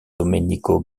domenico